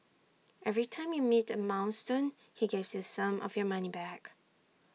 every time you meet A milestone he gives you some of your money back